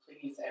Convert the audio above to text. please